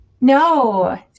no